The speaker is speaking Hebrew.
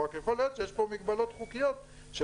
רק יכול להיות שיש פה מגבלות חוקיות של